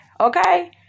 Okay